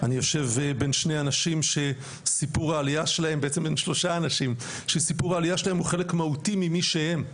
אני יושב בין שלושה אנשים שסיפור העלייה שלהם הוא חלק מהותי ממי שהם.